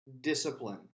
discipline